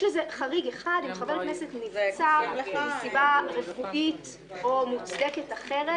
יש לזה חריג אחד: אם חבר כנסת נבצר מסיבה רפואית או מוצדקת אחרת.